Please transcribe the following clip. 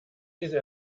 diese